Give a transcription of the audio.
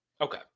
Okay